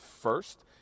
first